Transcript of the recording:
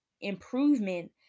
improvement